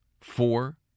Four